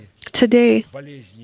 Today